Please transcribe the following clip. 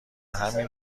همین